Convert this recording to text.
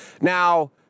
Now